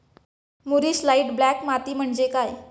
मूरिश light black माती म्हणजे काय?